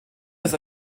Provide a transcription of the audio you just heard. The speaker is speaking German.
ist